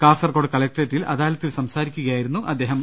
കാസർകോട് കലക്ട്രേറ്റിൽ അദാ ലത്തിൽ സംസാരിക്കുകയായിരുന്നു അദ്ദേഹം